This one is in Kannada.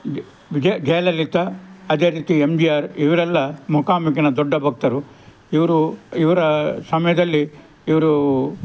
ಗೆ ಜೆ ಜಯಲಲಿತ ಅದೇ ರೀತಿ ಎಮ್ ಬಿ ಆರ್ ಇವರೆಲ್ಲ ಮೂಕಾಂಬಿಕಾನ ದೊಡ್ಡ ಭಕ್ತರು ಇವರು ಇವರ ಸಮಯದಲ್ಲಿ ಇವ್ರು